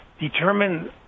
determine